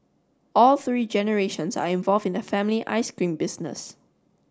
all three generations are involved in the family ice cream business